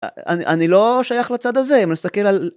אני לא שייך לצד הזה אם נסתכל על.